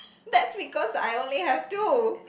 that's because I only have two